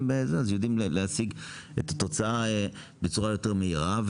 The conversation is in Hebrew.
יודעים להשיג את התוצאה בתוצאה יותר מהירה,